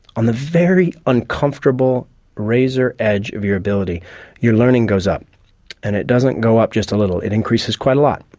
on the very uncomfortable razor edge of your ability your learning goes up and it doesn't go up just a little it increases quite a lot.